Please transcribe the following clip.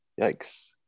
Yikes